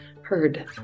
heard